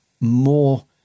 more